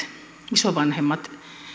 isovanhemmat